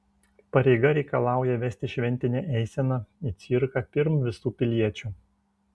pareiga reikalauja vesti šventinę eiseną į cirką pirm visų piliečių